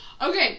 Okay